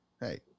hey